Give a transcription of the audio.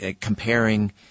comparing